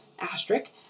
asterisk